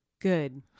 Good